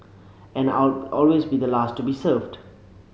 and I'll always be the last to be served